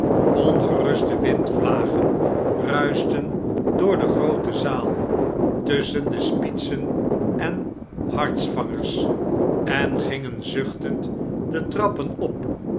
ongeruste windvlagen ruischten door de groote zaal tusschen de spietsen en hartsvangers en gingen zuchtend de trappen op